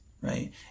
right